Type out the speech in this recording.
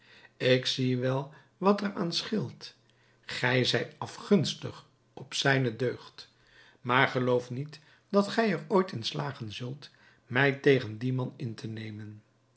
ik zie wel wat er aan scheelt gij zijt afgunstig op zijne deugd maar geloof niet dat gij er ooit in slagen zult mij tegen dien man in te nemen